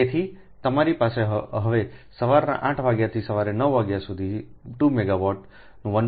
તેથી તમારી પાસેતે હવે સવારના 8 વાગ્યાથી સવારે 9 વાગ્યા સુધી 2 મેગાવાટનું 1